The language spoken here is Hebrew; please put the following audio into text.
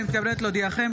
אני מתכבדת להודיעכם,